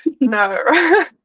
No